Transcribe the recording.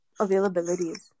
availabilities